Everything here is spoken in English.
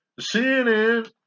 CNN